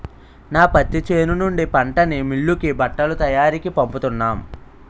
నా పత్తి చేను నుండి పంటని మిల్లుకి బట్టల తయారికీ పంపుతున్నాం